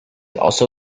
also